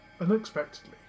Unexpectedly